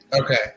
Okay